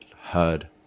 heard